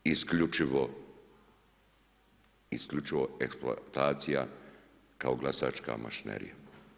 Isključivo eksploatacija, kao glasačka mašinerija.